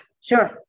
sure